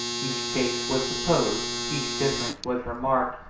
each case was supposed, each difference was remarked,